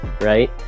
right